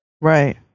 Right